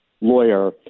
lawyer